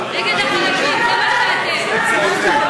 פטור מתשלום בתחבורה ציבורית),